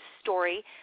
story